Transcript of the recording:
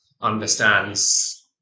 understands